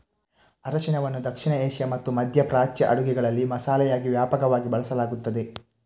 ಅರಿಶಿನವನ್ನು ದಕ್ಷಿಣ ಏಷ್ಯಾ ಮತ್ತು ಮಧ್ಯ ಪ್ರಾಚ್ಯ ಅಡುಗೆಗಳಲ್ಲಿ ಮಸಾಲೆಯಾಗಿ ವ್ಯಾಪಕವಾಗಿ ಬಳಸಲಾಗುತ್ತದೆ